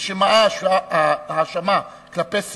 נשמעה ההאשמה כלפי סיעה,